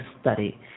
study